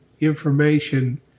information